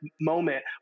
moment